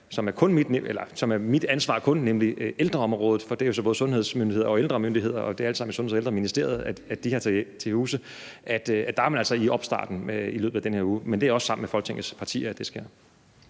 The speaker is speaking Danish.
som er mit ansvar, nemlig ældreområdet – for det er jo så både sundhedsmyndigheder og ældremyndigheder, og det er alt sammen i Sundheds- og Ældreministeriet, de har til huse – er man altså i opstarten i løbet af den her uge, men det er også sammen med Folketingets partier, at det sker.